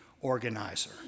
organizer